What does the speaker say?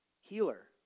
Healer